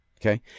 okay